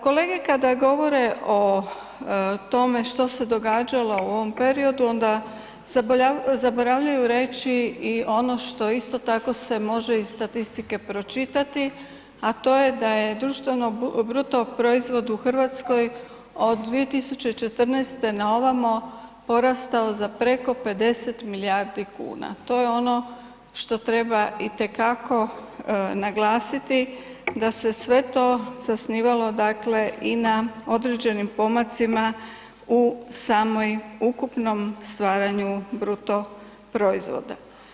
Kolege kada govore o tome što se događalo u ovom periodu onda zaboravljaju reći i ono što isto tako se može iz statistike pročitati, a to je da je društveno bruto proizvod u RH od 2014. na ovamo porastao za preko 50 milijardi kuna, to je ono što treba itekako naglasiti da se sve to zasnivalo dakle i na određenim pomacima u samoj ukupnom stvaranja bruto proizvoda.